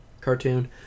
cartoon